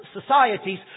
societies